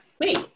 wait